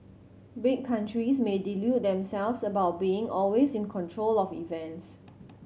big countries may delude themselves about being always in control of events